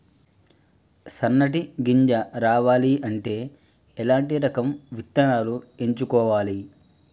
సన్నటి గింజ రావాలి అంటే ఎలాంటి రకం విత్తనాలు ఎంచుకోవాలి?